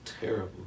terrible